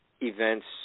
events